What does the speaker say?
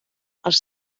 els